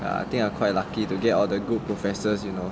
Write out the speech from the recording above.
I think I quite lucky to get all the good professors you know